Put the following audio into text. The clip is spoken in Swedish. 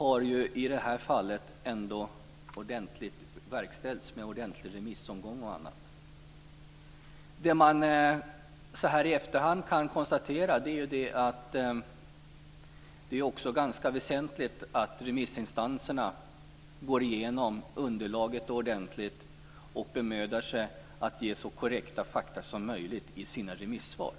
I det här fallet har det verkställts med en ordentlig remissomgång och annat. Det man så här i efterhand kan konstatera är att det är ganska väsentligt att remissinstanserna också går igenom underlaget ordentligt och bemödar sig om att ge så korrekta fakta som möjligt i sina remissvar.